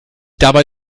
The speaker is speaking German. dabei